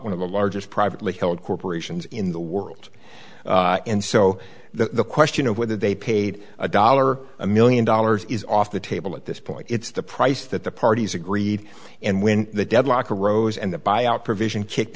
one of the largest privately held corporations in the world and so the question of whether they paid a dollar a million dollars is off the table at this point it's the price that the parties agreed and when the deadlock arose and that by provision kicked